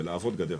ולעבוד גדר.